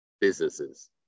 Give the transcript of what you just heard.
businesses